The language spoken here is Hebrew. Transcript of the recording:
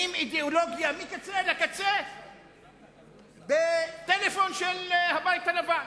אידיאולוגיה מקצה אל הקצה בטלפון של הבית הלבן.